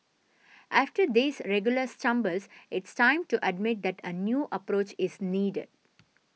after these regular stumbles it's time to admit that a new approach is needed